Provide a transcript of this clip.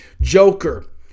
Joker